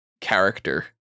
character